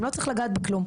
זה לא צריך לגעת בכלום.